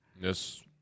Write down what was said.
Yes